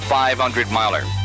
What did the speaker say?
500-miler